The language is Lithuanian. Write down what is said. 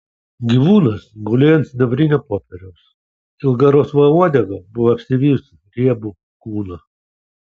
gyvūnas gulėjo ant sidabrinio popieriaus ilga rausva uodega buvo apsivijusi riebų kūną